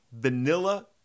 vanilla